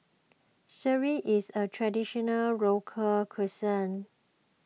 Sireh is a Traditional Local Cuisine